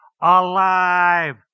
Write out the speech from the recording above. alive